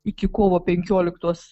iki kovo penkioliktos